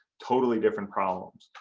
totally different problems.